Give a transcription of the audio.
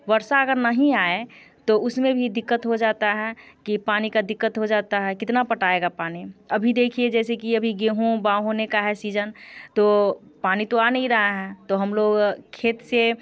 वर्षा अगर नहीं आए तो उसमें भी दिक्क्त हो जाता है कि पानी का दिक्कत हो जाता है कितना पटाएगा पानी अभी देखिए जैसे कि अभी गेहूँ बाँ होने का है सीज़न तो पानी तो आ नहीं रहा है तो हम लोग खेत से